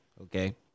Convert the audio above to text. okay